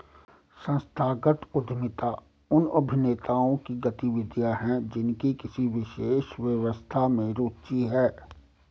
संस्थागत उद्यमिता उन अभिनेताओं की गतिविधियाँ हैं जिनकी किसी विशेष व्यवस्था में रुचि है